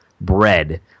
bread